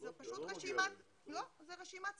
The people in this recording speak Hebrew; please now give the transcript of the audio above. זו פשוט רשימה ציבורית.